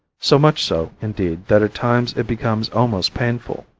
so much so, indeed, that at times it becomes almost painful.